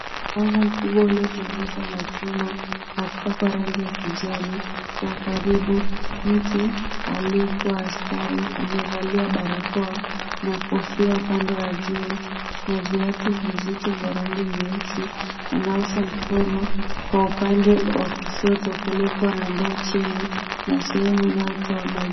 Bango kubwa uliotengenezwa na chuma na kupakwa rangi ya kijani kwa ukaribu, mtu aliyekuwa askari amevalia barakoa na kofia upande wa juu na viatu vizito vya rangi nyeusi anaosha mkono kwa upande wa kushoto kuliko na ndoo chini na sehemu inayotoa maji.